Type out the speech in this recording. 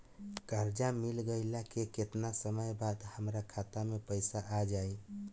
कर्जा मिल गईला के केतना समय बाद हमरा खाता मे पैसा आ जायी?